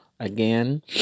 again